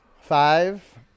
Five